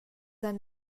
han